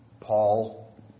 Paul